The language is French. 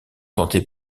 tenté